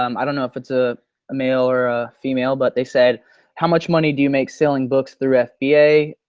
um i don't know if it's ah a male or a female but they said how much money do you make selling books through fba?